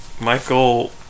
Michael